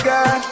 God